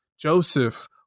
Joseph